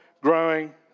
growing